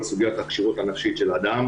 כל סוגיות הכשירות הנפשית של אדם